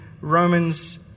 Romans